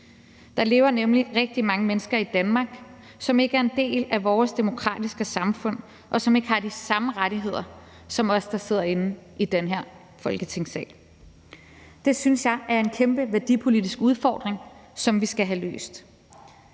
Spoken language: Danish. Der lever nemlig rigtig mange mennesker i Danmark, som ikke er en del af vores demokratiske samfund, og som ikke har de samme rettigheder som os, der sidder inde i den her Folketingssal. Det synes jeg er en kæmpe værdipolitisk udfordring, som vi skal have løst.